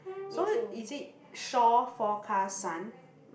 so is it shore forecast sun